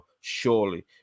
surely